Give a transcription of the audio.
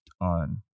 on